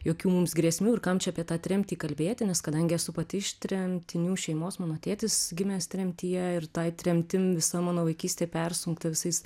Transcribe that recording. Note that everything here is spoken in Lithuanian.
jokių mums grėsmių ir kam čia apie tą tremtį kalbėti nes kadangi esu pati iš tremtinių šeimos mano tėtis gimęs tremtyje ir tai tremtim visa mano vaikystė persunkta visais